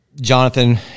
Jonathan